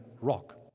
rock